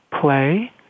play